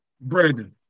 Brandon